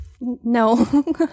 No